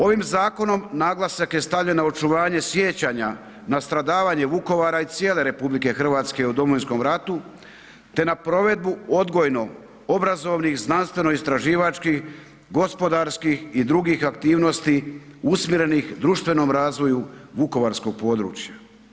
Ovim zakonom naglasak je stavljen na očuvanje sjećanja na stradavanje Vukovara i cijele RH u Domovinskom ratu te na provedbu odgojno obrazovnih, znanstvenoistraživačkih, gospodarskih i drugih aktivnosti usmjerenih društvenom razvoju vukovarskog područja.